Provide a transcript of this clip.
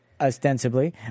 Ostensibly